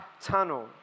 tunnel